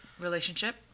relationship